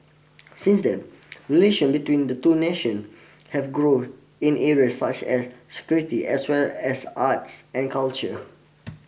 since then relation between the two nation have grow in areas such as security as well as arts and culture